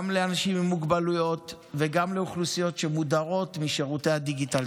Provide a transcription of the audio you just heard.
גם לאנשים עם מוגבלויות וגם לאוכלוסיות שמודרות משירותי הדיגיטל.